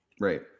right